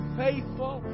faithful